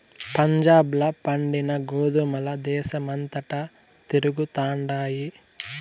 పంజాబ్ ల పండిన గోధుమల దేశమంతటా తిరుగుతండాయి